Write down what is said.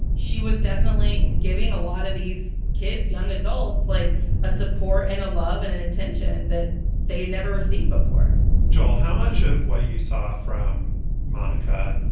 she was definitely giving a lot of these kids, young adults, like a support and a love and an attention that they had never received before joel, how much of what you saw from monica?